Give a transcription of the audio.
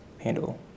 handle